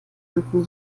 unten